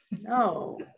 No